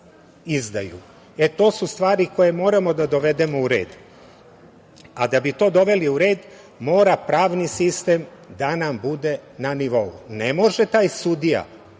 To su stvari koje moramo da dovedemo u red. Da bi to doveli u red mora pravni sistem da nam bude na nivou. Ne može taj sudija